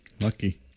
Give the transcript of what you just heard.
Lucky